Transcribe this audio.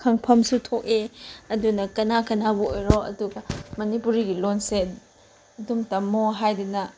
ꯈꯪꯐꯝꯁꯨ ꯊꯣꯛꯑꯦ ꯑꯗꯨꯅ ꯀꯅꯥ ꯀꯅꯥꯕꯨ ꯑꯣꯏꯔꯣ ꯑꯗꯨꯒ ꯃꯅꯤꯄꯨꯔꯤꯒꯤ ꯂꯣꯟꯁꯦ ꯑꯗꯨꯝ ꯇꯝꯃꯣ ꯍꯥꯏꯗꯅ